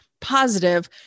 positive